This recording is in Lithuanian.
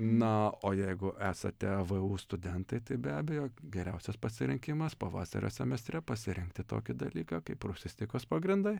na o jeigu esate vu studentai tai be abejo geriausias pasirinkimas pavasario semestre pasirinkti tokį dalyką kaip prūsistikos pagrindai